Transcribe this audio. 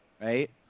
right